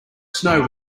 snow